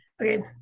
Okay